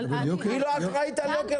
היא לא אחראית על יוקר